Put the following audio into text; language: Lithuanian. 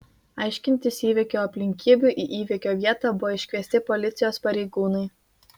aiškintis įvykio aplinkybių į įvykio vietą buvo iškviesti policijos pareigūnai